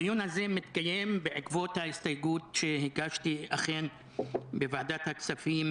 הדיון הזה מתקיים בעקבות ההסתייגות שהגשתי אכן בוועדת הכספים